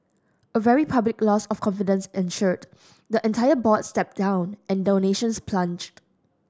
a very public loss of confidence ensued the entire board stepped down and donations plunged